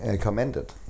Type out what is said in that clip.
commended